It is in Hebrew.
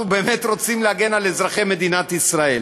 באמת רוצים להגן על אזרחי מדינת ישראל?